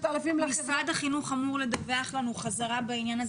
משרד החינוך אמור לדווח לנו בחזרה בעניין הזה.